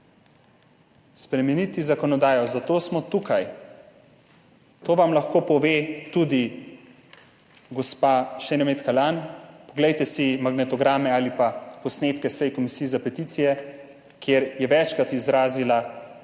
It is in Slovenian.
spremeniti zakonodajo, zato smo tukaj, to vam lahko pove tudi gospa Šeremet Kalanj, poglejte si magnetograme ali pa posnetke sej Komisije za peticije, kjer je večkrat izrazila